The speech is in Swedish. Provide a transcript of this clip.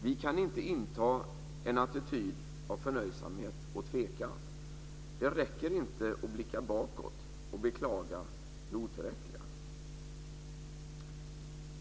Vi kan inte inta en attityd av förnöjsamhet och tvekan. Det räcker inte att blicka tillbaka och beklaga det otillräckliga.